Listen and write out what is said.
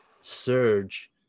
surge